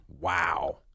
Wow